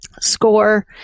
score